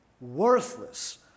worthless